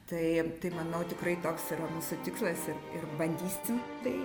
tai manau tikrai toks yra mūsų tikslas ir ir bandysim tai